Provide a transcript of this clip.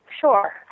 sure